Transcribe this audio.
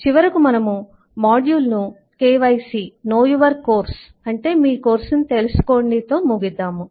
చివరకు మనము మాడ్యూల్ను KYC అంటే "మీ కోర్సు తెలుసుకోండి" తో ముగిద్దాము